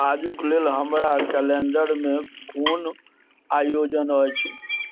आजुक लेल हमरा कैलेण्डरमे कोन आयोजन अछि